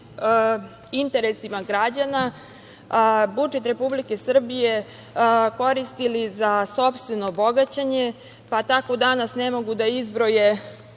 interesima građana budžet Republike Srbije koristili za sopstveno bogaćenje, pa tako danas ne mogu da izbroje